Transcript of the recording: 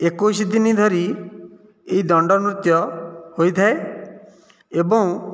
ଏକୋଇସି ଦିନ ଧରି ଏହି ଦଣ୍ଡ ନୃତ୍ୟ ହୋଇଥାଏ ଏବଂ